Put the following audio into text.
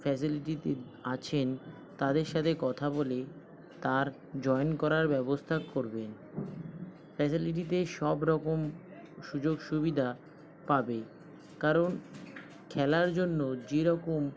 ফ্যাসিলিটিতে আছেন তাদের সাথে কথা বলে তার জয়েন করার ব্যবস্থা করবেন ফ্যাসিলিটিতে সবরকম সুযোগ সুবিধা পাবে কারণ খেলার জন্য যেরকম